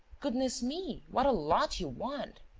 goodness me, what a lot you want!